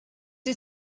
wyt